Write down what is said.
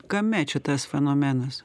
kame čia tas fenomenas